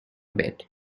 bed